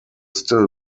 still